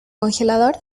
congelador